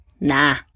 Nah